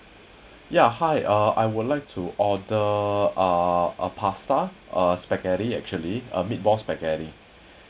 ya hi uh I would like to order uh a pasta uh spaghetti actually uh meatball spaghetti